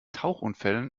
tauchunfällen